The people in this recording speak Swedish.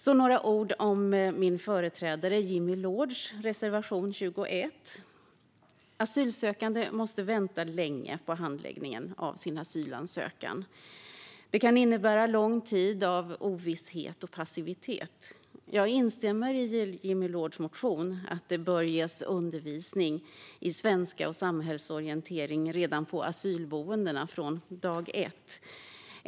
Så några ord om min företrädare Jimmy Loords reservation 21. Asylsökande måste vänta länge på handläggning av sin asylansökan. Det kan innebära lång tid av ovisshet och passivitet. Jag instämmer i Jimmy Loords motion om att det bör ges undervisning i svenska och samhällsorientering redan på asylboendena från dag ett.